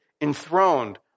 enthroned